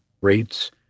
rates